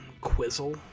Quizzle